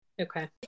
Okay